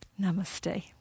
Namaste